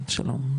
שלום,